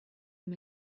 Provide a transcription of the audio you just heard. him